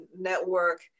network